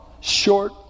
short